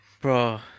bro